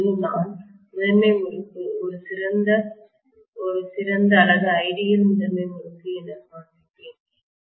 இப்போது நான் முதன்மை முறுக்கு ஒரு சிறந்தஐடியல் முதன்மை முறுக்கு என காண்பிப்பேன்